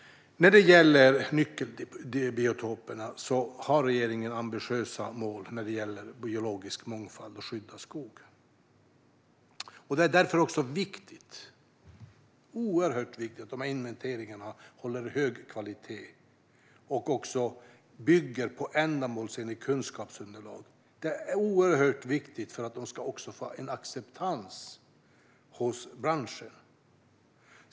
Regeringen har ambitiösa mål för nyckelbiotoperna när det gäller biologisk mångfald och att skydda skogen. Det är därför också oerhört viktigt att inventeringarna håller hög kvalitet och bygger på ändamålsenligt kunskapsunderlag. Det är oerhört viktigt för att de ska få en acceptans hos branschen.